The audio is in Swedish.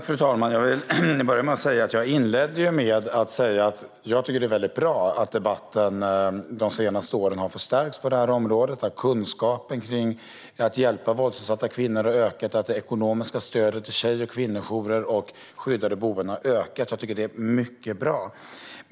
Fru talman! Jag inledde med att säga att jag tycker att det är bra att debatten under de senaste åren har förstärkts på det här området. Det är bra att kunskapen när det gäller att hjälpa våldsutsatta kvinnor har ökat och att det ekonomiska stödet till tjej och kvinnojourer och skyddade boenden har ökat. Jag tycker att det är mycket bra.